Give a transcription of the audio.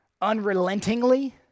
Unrelentingly